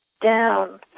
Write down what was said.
down